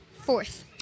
Fourth